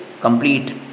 complete